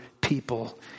people